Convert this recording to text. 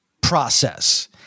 process